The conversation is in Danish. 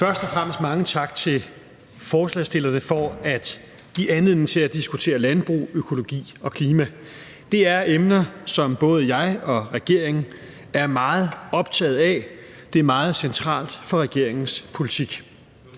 Først og fremmest mange tak til forslagsstillerne for at give anledning til at diskutere landbrug, økologi og klima. Det er emner, som både jeg og regeringen er meget optaget af. Det er meget centralt for regeringens politik.